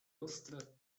ostre